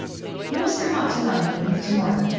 you must come up to london with me to-morrow.